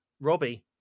Robbie